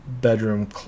bedroom